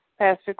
Pastor